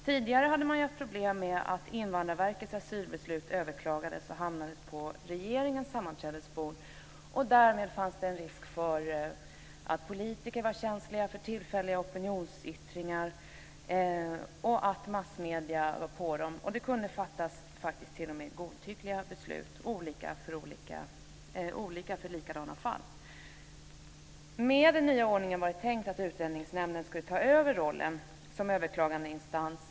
Tidigare hade man problem med att Invandrarverkets asylbeslut överklagades och hamnade på regeringens sammanträdesbord. Därmed fanns det en risk för att politiker var känsliga för tillfälliga opinionsyttringar. Massmedier var på dem, och det kunde faktiskt fattas t.o.m. godtyckliga beslut, olika för likadana fall. Med den nya ordningen var det tänkt att Utlänningsnämnden skulle ta över rollen som överklagandeinstans.